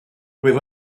rwyf